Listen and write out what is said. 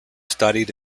studied